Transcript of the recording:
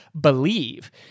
believe